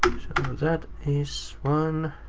that is one,